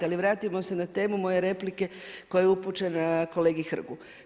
Ali vratimo se na temu moje replike koja je upućena kolegi Hrgu.